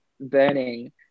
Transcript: burning